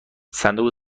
صندوق